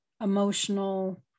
emotional